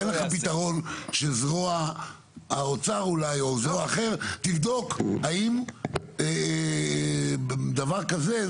אין לך פתרון שזרוע האוצר אולי או זרוע אחר יבדוק האם דבר כזה?